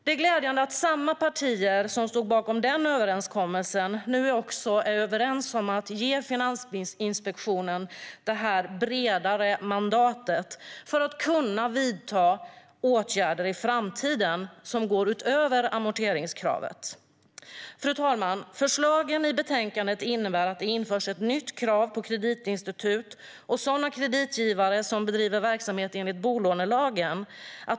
Det är glädjande att samma partier som stod bakom den överenskommelsen nu också är överens om att ge Finansinspektionen det bredare mandatet att i framtiden vidta åtgärder som går utöver amorteringskravet. Fru talman! Förslagen i betänkandet innebär att det införs ett nytt krav på kreditinstitut och sådana kreditgivare som bedriver verksamhet enligt bolånelagen.